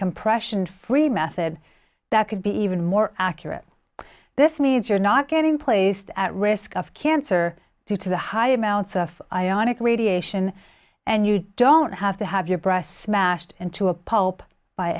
compression free method that could be even more accurate this means you're not getting placed at risk of cancer due to the high amounts of ionic radiation and you don't have to have your breasts smashed into a